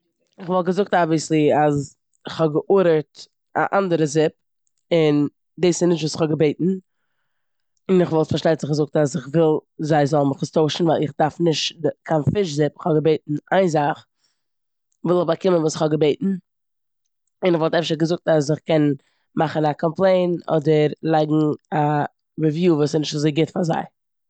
כ'וואלט געזאגט אבוויעסלי 'כ'האב גע'ארדערט א אנדערע זופ און דאס איז נישט וואס כ'האב געבעטן', און כ'וואלט פארשטייט זיך געזאגט איך וויל זיי זאלן מיך עס טוישן ווייל איך דארף נישט קיין פיש זופ. כ'האב געבעטן איין זאך וויל איך באקומען וואס כ'האב געבעטן.' און כ'וואלט אפשר געזאגט אז כ'קען מאכן א קאמפלעין אדער לייגן א ריוויו וואס איז נישט אזוי גוט פאר זיי.